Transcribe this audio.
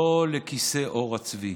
לא לכיסא עור הצבי.